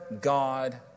God